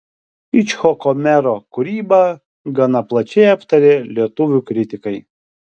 icchoko mero kūrybą gana plačiai aptarė lietuvių kritikai